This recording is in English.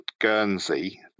Guernsey